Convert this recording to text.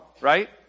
right